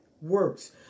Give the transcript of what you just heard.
works